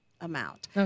amount